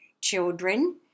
children